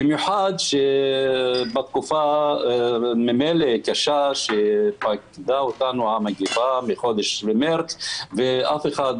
במיוחד שהתקופה הקשה של המגיפה שפקדה אותנו בחודש מרץ ואף אחד,